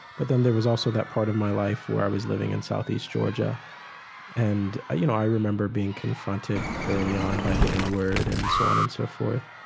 but then there was also that part of my life where i was living in southeast georgia and, you know, i remember being confronted early on by the n-word and so on and so forth.